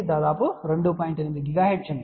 8 GHz ఉంటుంది